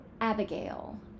Abigail